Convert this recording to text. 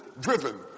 driven